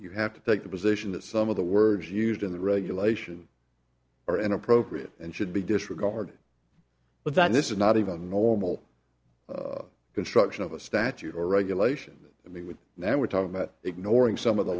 you have to take the position that some of the words used in the regulation are inappropriate and should be disregarded but then this is not even normal construction of a statute or regulation that we would that we're talking about ignoring some of the